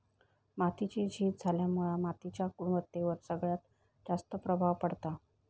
मातीची झीज झाल्यामुळा मातीच्या गुणवत्तेवर सगळ्यात जास्त प्रभाव पडता